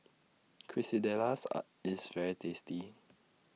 Quesadillas IS very tasty